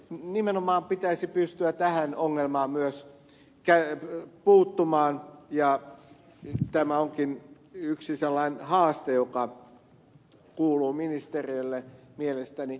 nimenomaan pitäisi pystyä tähän ongelmaan myös puuttumaan ja tämä onkin yksi sellainen haaste joka kuuluu ministereille mielestäni